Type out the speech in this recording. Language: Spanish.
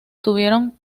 tuvieron